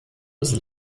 des